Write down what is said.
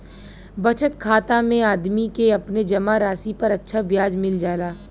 बचत खाता में आदमी के अपने जमा राशि पर अच्छा ब्याज मिल जाला